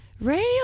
Radio